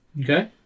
Okay